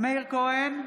מאיר כהן,